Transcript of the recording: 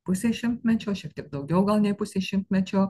pusei šimtmečio šiek tiek daugiau gal nei pusei šimtmečio